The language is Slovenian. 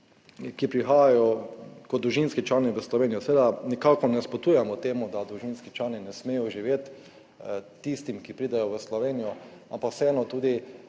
ki prihajajo kot družinski člani v Slovenijo, seveda nikakor ne nasprotujemo temu, da družinski člani ne smejo živeti tistim, ki pridejo v Slovenijo, ampak vseeno tudi